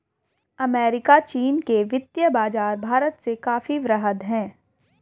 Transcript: America चीन के वित्तीय बाज़ार भारत से काफी वृहद हैं